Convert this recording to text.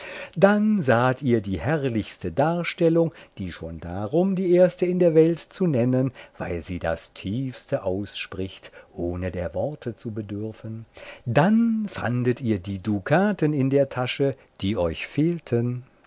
dann saht ihr die herrlichste darstellung die schon darum die erste in der welt zu nennen weil sie das tiefste ausspricht ohne der worte zu bedürfen dann fandet ihr die dukaten in der tasche die euch fehlten